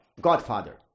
godfather